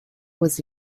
was